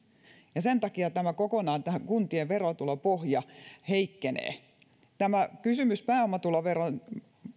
ja sen takia tämä kuntien verotulopohja heikkenee tämä kysymys pääomatuloveron